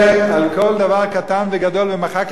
ומחק לנו קטעים על מה שקורה באיישישוק.